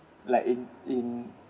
like in in